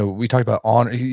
ah we talk about honor,